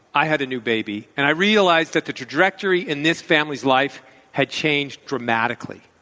i had a new baby. and i realized that the trajectory in this family's life had changed dramatically.